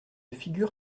figures